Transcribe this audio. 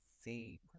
see